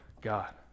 God